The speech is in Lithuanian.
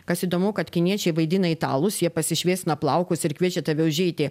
kas įdomu kad kiniečiai vaidina italus jie pasišviesina plaukus ir kviečia tave užeiti